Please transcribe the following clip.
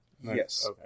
Yes